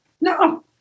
No